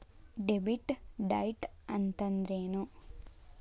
Debit date ಅಂತಂದ್ರೇನು?